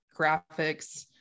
graphics